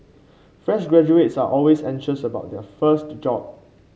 fresh graduates are always anxious about their first job